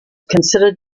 considered